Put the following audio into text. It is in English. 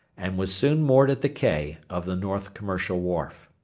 and was soon moored at the quay of the north commercial wharf.